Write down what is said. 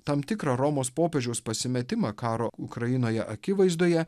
tam tikrą romos popiežiaus pasimetimą karo ukrainoje akivaizdoje